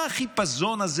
מה החיפזון הזה?